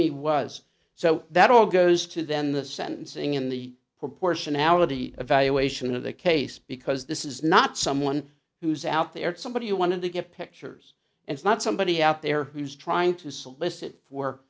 shimmy was so that all goes to then the sentencing in the proportionality evaluation of the case because this is not someone who's out there somebody who wanted to get pictures and is not somebody out there who's trying to solicit for